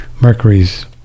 Mercury's